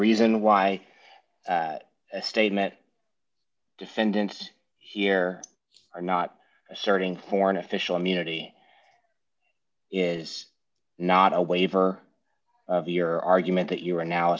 reason why a statement defendant here or not asserting foreign official immunity is not a waiver of your argument that you are now